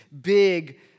big